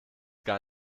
gar